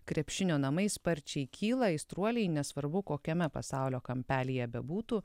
krepšinio namai sparčiai kyla aistruoliai nesvarbu kokiame pasaulio kampelyje bebūtų